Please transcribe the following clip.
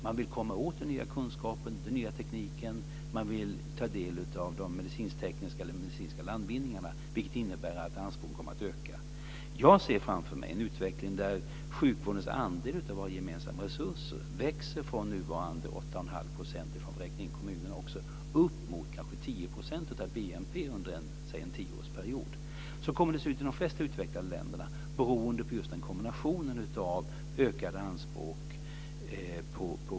Man vill komma åt den nya kunskapen, den nya tekniken. Man vill ta del av de medicinsk-tekniska eller medicinska landvinningarna. Det innebär att anspråken kommer att öka. Jag ser framför mig en utveckling där sjukvårdens andel av våra gemensamma resurser växer från nuvarande 8 1⁄2 %, om vi räknar in även kommunerna, uppemot kanske 10 % av BNP under en tioårsperiod.